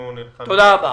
תודה רבה.